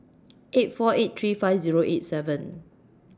eight four eight three five Zero eight seven